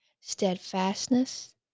steadfastness